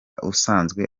usanzwe